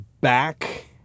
back